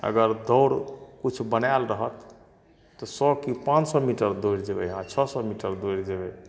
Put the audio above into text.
अगर दौड़ किछु बनाएल रहत तऽ सए कि पाँच सए मीटर दौड़ि जेबै अहाँ छओ सए मीटर दौड़ि जेबै